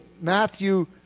Matthew